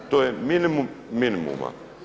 To je minimum minimuma.